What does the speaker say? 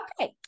okay